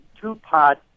two-part